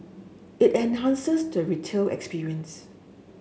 it enhances the retail experience